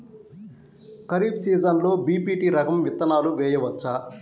ఖరీఫ్ సీజన్లో బి.పీ.టీ రకం విత్తనాలు వేయవచ్చా?